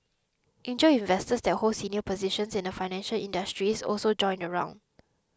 angel investors that hold senior positions in the financial industry also joined the round